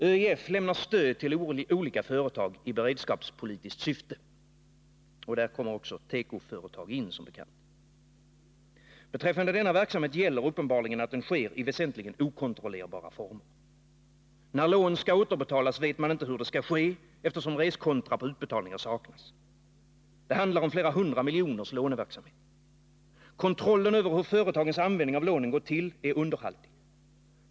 ÖEF lämnar stöd till olika företag i beredskapspolitiskt syfte — där kommer också tekoföretag in som bekant. Beträffande denna verksamhet gäller uppenbarligen att den sker i väsentligen okontrollerbara former. När lån skall återbetalas vet man inte hur det skall ske, eftersom reskontra på utbetalningar saknas. Det handlar om verksamhet för flera hundra miljoner kronor. Kontrollen över hur företagens användning av lånen gått till är underhaltig.